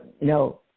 no